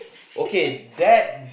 okay that